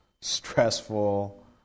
stressful